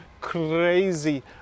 crazy